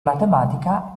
matematica